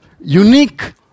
unique